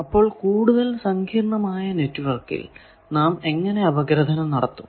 അപ്പോൾ കൂടുതൽ സങ്കീർണമായ നെറ്റ്വർക്കിൽ നാം എങ്ങനെ അപഗ്രഥനം നടത്തും